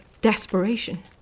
desperation